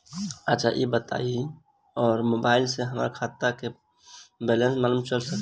अच्छा ई बताईं और मोबाइल से हमार खाता के बइलेंस मालूम चल सकेला?